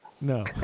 No